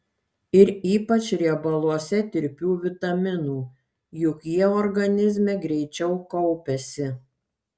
ir ypač riebaluose tirpių vitaminų juk jie organizme greičiau kaupiasi